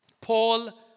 Paul